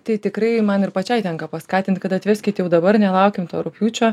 tai tikrai man ir pačiai tenka paskatint kad atveskit jau dabar nelaukiam to rugpjūčio